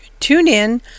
TuneIn